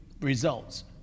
results